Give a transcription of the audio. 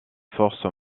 forces